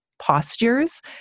postures